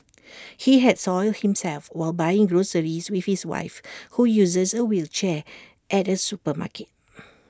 he had soiled himself while buying groceries with his wife who uses A wheelchair at A supermarket